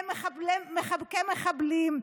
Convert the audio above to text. הם מחבקי מחבלים,